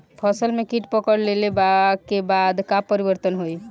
फसल में कीट पकड़ ले के बाद का परिवर्तन होई?